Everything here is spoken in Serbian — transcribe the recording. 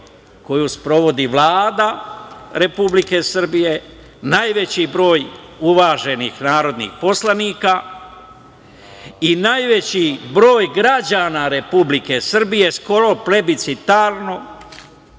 koju sprovodi Vlada Republike Srbije, najveći broj uvaženih narodnih poslanika i najveći broj građana Republike Srbije, skoro plebicitarno,